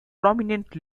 prominent